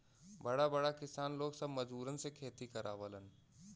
बड़ा बड़ा किसान लोग सब मजूरन से खेती करावलन